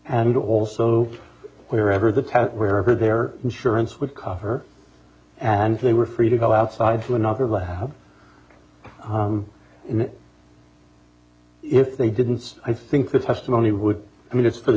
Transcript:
and also wherever the path wherever their insurance would cover and they were free to go outside to another level if they didn't i think the testimony would be just for the